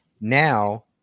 now